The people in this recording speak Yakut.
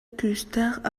күүстээх